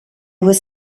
was